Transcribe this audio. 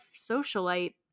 socialite